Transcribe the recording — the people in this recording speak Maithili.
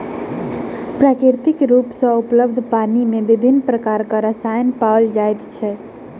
प्राकृतिक रूप सॅ उपलब्ध पानि मे विभिन्न प्रकारक रसायन पाओल जाइत अछि